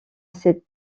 cet